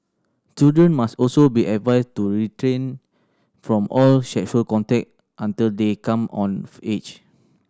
children must also be advised to from all sexual contact until they come of age